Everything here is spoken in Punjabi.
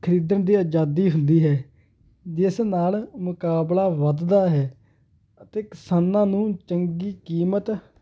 ਖਰੀਦਣ ਦੀ ਅਜਾਦੀ ਹੁੰਦੀ ਹੈ ਜਿਸ ਨਾਲ ਮੁਕਾਬਲਾ ਵੱਧਦਾ ਹੈ ਅਤੇ ਕਿਸਾਨਾਂ ਨੂੰ ਚੰਗੀ ਕੀਮਤ